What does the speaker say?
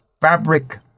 fabric